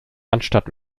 anstatt